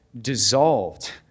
dissolved